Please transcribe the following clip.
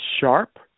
Sharp